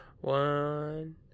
One